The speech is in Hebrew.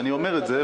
ואני אומר את זה.